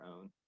own